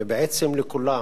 ובעצם לכולם,